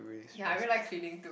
ya I really like cleaning